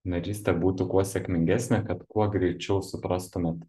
narystė būtų kuo sėkmingesnė kad kuo greičiau suprastumėt